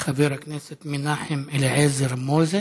חבר הכנסת מנחם אליעזר מוזס,